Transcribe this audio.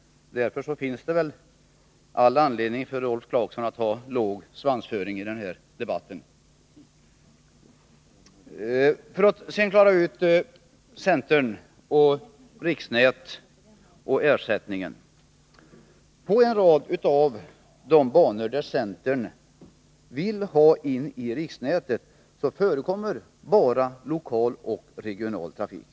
Därför finns det väl all anledning för Rolf Clarkson att ha ”låg svansföring” i den här debatten. Låt mig sedan försöka klara ut problemet centern, riksnätet och ersättningen. När det gäller en rad av de banor som centern vill ha in i riksnätet förekommer bara lokal och regional trafik.